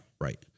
right